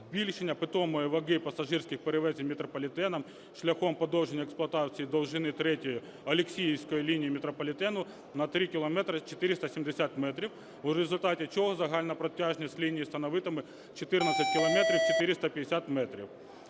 збільшення питомої ваги пасажирських перевезень метрополітеном шляхом подовження експлуатації довжини третьої Олексіївської лінії метрополітену на 3 кілометри 470 метрів, у результаті чого загальна протяжність ліній становитиме 14 кілометрів 450 метрів.